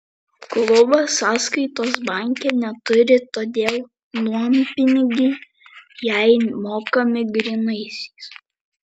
klubas sąskaitos banke neturi todėl nuompinigiai jai mokami grynaisiais